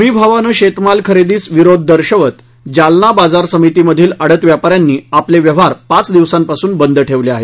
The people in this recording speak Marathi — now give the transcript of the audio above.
हमीभावानं शेतमाल खरेदीस विरोध दर्शवत जालना बाजार समितीमधील आडत व्यापा यांनी आपले व्यवहार पाच दिवसांपासून बंद ठेवले आहेत